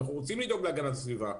אנחנו רוצים לדאוג להגנת הסביבה,